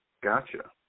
Gotcha